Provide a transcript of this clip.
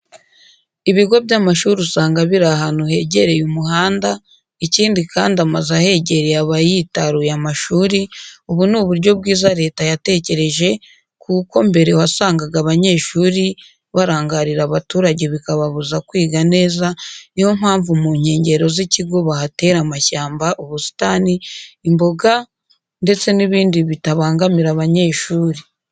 Ibigo by'amashuri usanga biri ahantu hegereye umuhanda ikindi kandi amazu ahegereye aba yitaruye amashuri, ubu ni uburyo bwiza leta yatekereje kuko mbere wasangaga abanyeshuri barangarira abaturage bikababuza kwiga neza, ni yo mpamvu mu nkengero z'ikigo bahatera amashyamba, ubusitani, imboga ndetse n'ibindi bitabangamira abanyeshuri.